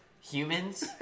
humans